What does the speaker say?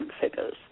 figures